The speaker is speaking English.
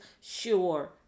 sure